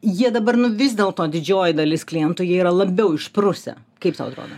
jie dabar nu vis dėlto didžioji dalis klientų jie yra labiau išprusę kaip tau atrodo